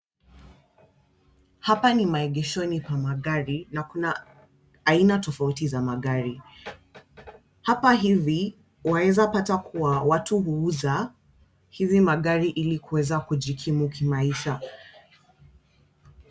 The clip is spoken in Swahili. Hapa ni maegeshoni pa magari na kuna aina tofauti za magari. Hapa hivi waeza pata kuwa watu huuza hizi magari ili kuweza kujikimu kimaisha.